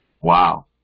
Wow